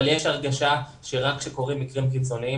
יש הרגשה שרק כשקורים מקרים קיצוניים,